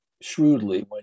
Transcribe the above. shrewdly